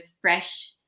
fresh